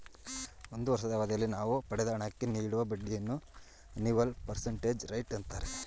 ಒಂದು ವರ್ಷದ ಅವಧಿಯಲ್ಲಿ ನಾವು ಪಡೆದ ಹಣಕ್ಕೆ ನೀಡುವ ಬಡ್ಡಿಯನ್ನು ಅನಿವಲ್ ಪರ್ಸೆಂಟೇಜ್ ರೇಟ್ ಅಂತಾರೆ